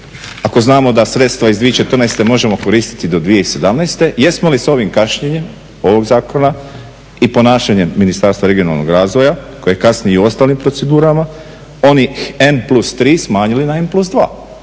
ako znamo da sredstva iz 2014.možemo koristiti do 2017.jesmo li s ovim kašnjenjem ovog zakona i ponašanjem Ministarstva regionalnog razvoja koje kasni i u ostalim procedurama, onih N+3 smanjili na N+2